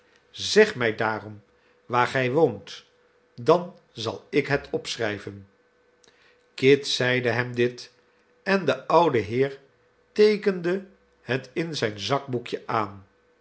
zeg mij daarom waar gij woont dan zal ik het opschrijven kit zeide hem dit en de oude heer teekende het in zijn zakboekje aan